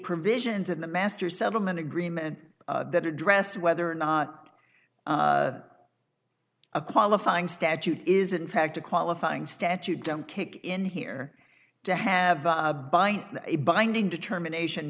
provisions in the master settlement agreement that address whether or not a qualifying statute is in fact a qualifying statute don't kick in here to have a binding determination